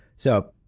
so,